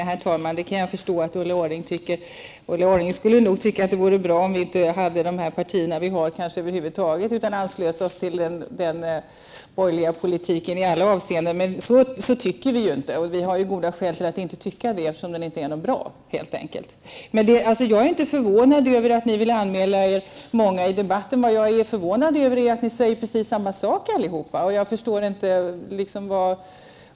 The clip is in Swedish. Herr talman! Jag kan förstå att Ulla Orring tycker detta. Hon tycker nog att det är bra om vänsterpartiet och socialdemokraterna över huvud taget inte hade några egna åsikter i dessa frågor utan anslöt sig till den borgerliga familjepolitiken i alla avseenden. Men nu gör vi inte det, och det har vi goda skäl för. Vi tycker nämligen inte att den familjepolitiken är bra. Jag är inte förvånad över att så många av er har anmält sig till denna debatt. Vad som däremot förvånar mig är att ni allesammans säger ungefär samma sak.